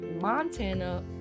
Montana